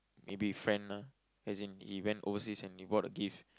maybe friend ah as in he went overseas and he bought a gift